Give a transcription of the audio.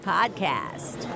Podcast